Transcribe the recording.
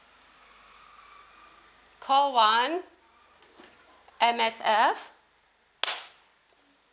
call one M_S_F